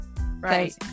Right